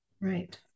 Right